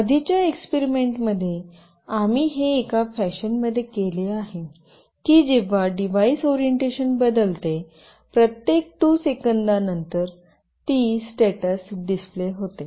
आधीच्या एक्सपेरिमेंटमध्ये आम्ही हे एका फॅशन मध्ये केले आहे की जेव्हा डिव्हाइस ओरिएंटेशन बदलते प्रत्येक 2 सेकंदा नंतर ती स्टेटस डिस्प्ले होते